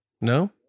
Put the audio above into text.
No